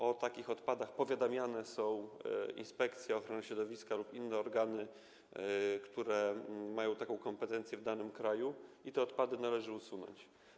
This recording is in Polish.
O takich odpadach powiadamiane są inspekcje ochrony środowiska lub inne organy, które mają taką kompetencję w danym kraju, i te odpady należy usunąć.